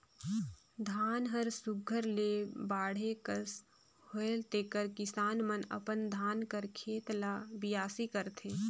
धान हर सुग्घर ले बाढ़े कस होएल तेकर किसान मन अपन धान कर खेत ल बियासी करथे